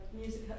music